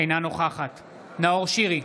אינה נוכחת נאור שירי,